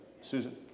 Susan